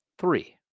three